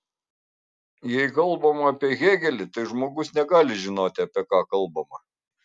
jei kalbama apie hėgelį tai žmogus negali žinoti apie ką kalbama